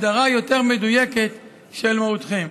הגדרה יותר מדויקת של מהותכם.